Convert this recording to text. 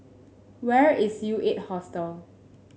where is U Eight Hostel